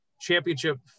championship